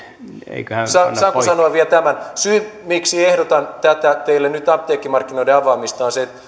saanko sanoa vielä tämän syy miksi ehdotan tätä teille nyt apteekkimarkkinoiden avaamista on se että